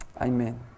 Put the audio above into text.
Amen